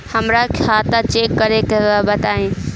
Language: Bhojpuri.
हमरा खाता चेक करे के बा बताई?